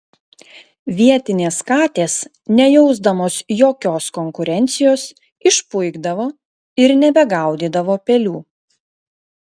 vietinės katės nejausdamos jokios konkurencijos išpuikdavo ir nebegaudydavo pelių